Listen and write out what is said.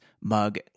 mug